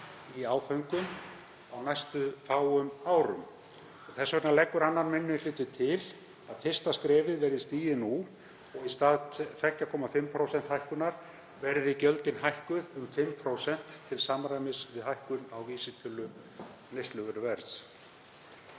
í áföngum á næstu fáu árum. Þess vegna leggur 2. minni hluti til að fyrsta skrefið verði stigið nú og að í stað 2,5% hækkunar verði gjöldin hækkuð um 5% til samræmis við hækkun á vísitölu neysluverðs.